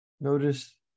Notice